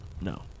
No